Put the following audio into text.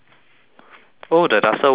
oh the duster works eh you try